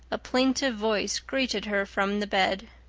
a plaintive voice greeted her from the bed.